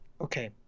Okay